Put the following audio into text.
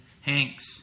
Hanks